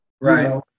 Right